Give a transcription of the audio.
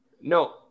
no